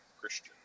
christian